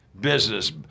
business